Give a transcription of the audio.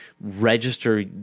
register